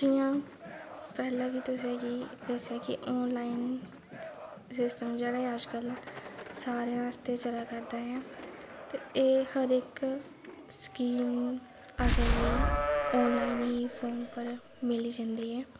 जि'यां पैह्लें बी तुसें गी दस्सेआ कि ऑनलाइन सिस्टम जेह्ड़ा ऐ अज्ज कल सारें आस्तै चला करदा ऐ ते एह् हर इक स्कीम असें गी ऑनलाइन ई फोन पर मिली जंदी ऐ